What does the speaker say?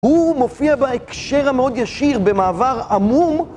הוא מופיע בהקשר המאוד ישיר במעבר עמום